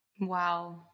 Wow